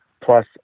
plus